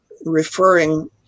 referring